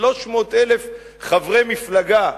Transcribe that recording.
300,000 חברי מפלגה,